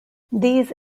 these